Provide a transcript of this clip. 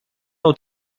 نوع